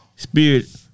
Spirit